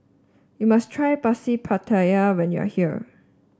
you must try pasi pattaya when you are here